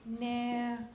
nah